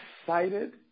excited